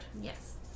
Yes